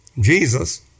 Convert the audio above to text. Jesus